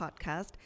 podcast